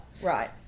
right